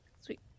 Sweet